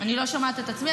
אני לא שומעת את עצמי.